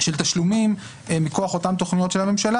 תשלומים מכוח אותן תכניות של הממשלה